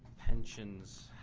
pensions,